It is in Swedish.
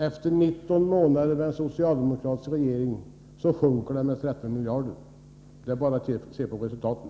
Efter 19 månader med socialdemokratisk regering har de minskat med 13 miljarder. Det är bara att studera resultaten.